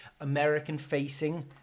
American-facing